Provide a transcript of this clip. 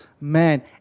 man